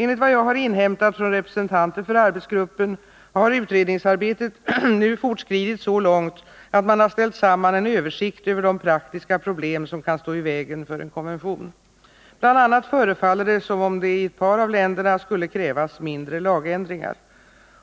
Enligt vad jag har inhämtat från representanter för arbetsgruppen har utredningsarbetet nu fortskridit så långt att man har ställt samman en översikt över de praktiska problem som kan stå i vägen för en konvention. BI. a. förefaller det som om det i ett par av länderna skulle krävas mindre lagändringar.